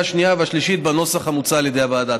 השנייה והשלישית בנוסח המוצע על ידי הוועדה.